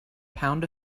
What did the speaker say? pound